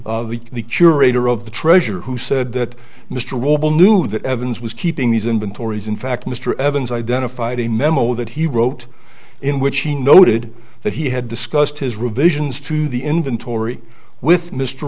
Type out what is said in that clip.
of the treasurer who said that mr robel knew that evans was keeping these inventories in fact mr evans identified a memo that he wrote in which he noted that he had discussed his revisions to the inventory with mr